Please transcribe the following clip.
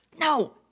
no